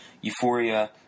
euphoria